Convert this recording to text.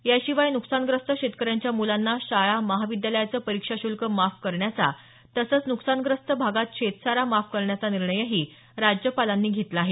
याशिवाय नुकसानग्रस्त शेतकऱ्यांच्या मुलांना शाळा महाविद्यालयाचं परीक्षा शुल्क माफ करण्याचा तसंच न्कसानग्रस्त भागात शेतसारा माफ करण्याचा निर्णयही राज्यपालांनी घेतला आहे